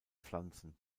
pflanzen